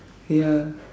ya